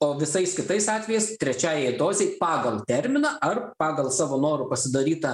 o visais kitais atvejais trečiajai dozei pagal terminą ar pagal savo noru pasidarytą